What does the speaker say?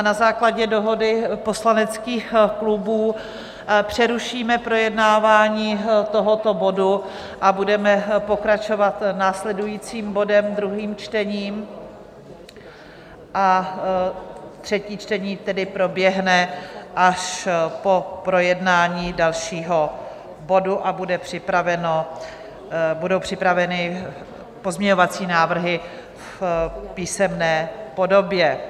Na základě dohody poslaneckých klubů přerušíme projednávání tohoto bodu a budeme pokračovat následujícím bodem, druhým čtením, a třetí čtení tedy proběhne až po projednání dalšího bodu a budou připraveny pozměňovací návrhy v písemné podobě.